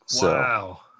Wow